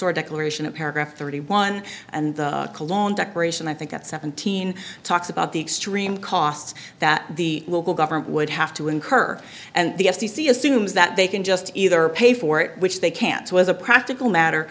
or declaration of paragraph thirty one dollars and the cologne declaration i think that seventeen talks about the extreme costs that the local government would have to incur and the f c c assumes that they can just either pay for it which they can't so as a practical matter